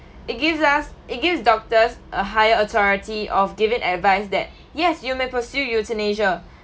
it gives us it gives doctors a higher authority of given advice that yes you may pursue euthanasia